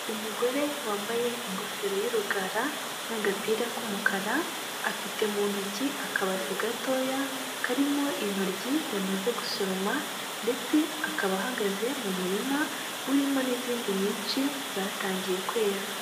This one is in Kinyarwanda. Umugore wambaye ingofero y'urugara n'agapira k'umukara, afite mu ntoki akabase gatoya karimo intoryi yamaze gusoroma ndetse akaba ahagaze mu murima urimo n'izindi nyinshi zatangiye kwera.